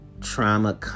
trauma